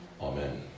Amen